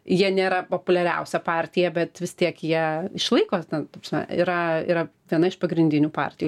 jie nėra populiariausia partija bet vis tiek ją išlaiko ten ta prasme yra viena iš pagrindinių partijų